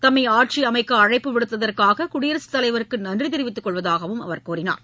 தம்மை ஆட்சி அமைக்க அழைப்பு விடுத்ததற்காக குடியரசு தலைவருக்கு நன்றி தெரிவித்துக் கொள்வதாகவும் அவர் கூறினார்